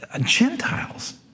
Gentiles